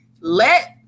Let